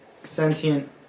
sentient